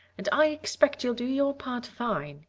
and i expect you'll do your part fine,